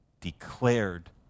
declared